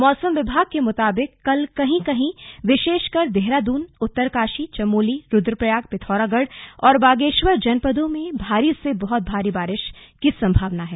मौसम विभाग के मुताबिक कल कहीं कहीं विशेषकर देहरादून उत्तरकाशी चमोली रुद्रप्रयाग पिथौरागढ़ और बागेश्वर जनपदों में भारी से बहत भारी बारिश की संभावना है